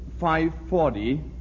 5.40